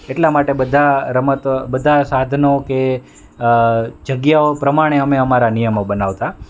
એટલા માટે બધા રમત બધા સાધનો કે જગ્યાઓ પ્રમાણે અમે અમારા નિયમો બનાવતાં